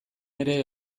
ere